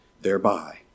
thereby